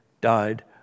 died